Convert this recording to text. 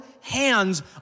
hands